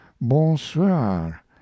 bonsoir